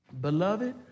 Beloved